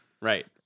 Right